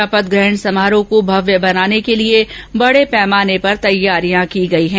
शपथग्रहण समारोह को भव्य बनाने के लिये बडे पैमाने पर तैयारियां की गई है